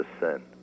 sin